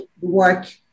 work